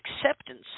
acceptance